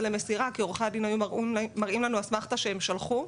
למסירה כי עורכי הדין היו מראים לנו אסמכתא שהם שלחו.